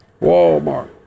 Walmart